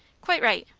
quite right.